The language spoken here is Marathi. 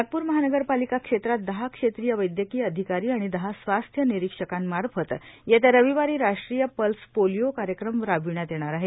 नागपूर महानगरपालिका क्षेत्रात दहा क्षेत्रिय वैद्यकीय अधिकारी आणि दहा स्वास्थ्य विरीक्षकांमार्फत येत्या रविवारी राष्ट्रीय पल्स पोलिओ कार्यक्रम राबविण्यात येणार आहे